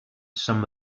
some